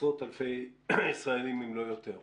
עשרות אלפי ישראלים, אם לא יותר.